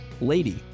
lady